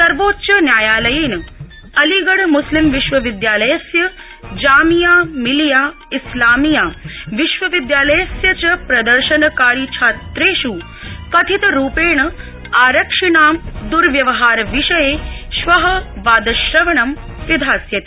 सर्वोच्चन्यायालयेन अलीगढ़ मुस्लिम विश्वविदयालयस्य जामिया मिलिया इस्लामिया विश्वविद्यालयस्य च प्रदर्शनकारिछात्रेष् कथितरूपेण आरक्षिणां द्वर्व्यवहारविषये श्व वादश्रवणं विधास्यते